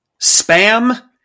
spam